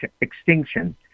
extinction